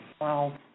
Wow